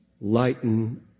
lighten